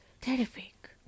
terrific